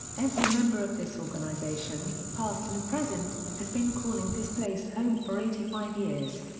every member of this organization, past and present, has been calling this place home for eighty five years.